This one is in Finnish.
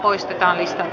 keskustelua ei syntynyt